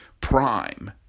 prime